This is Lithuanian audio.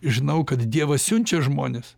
žinau kad dievas siunčia žmones